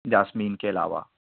jasmine کے علاوہ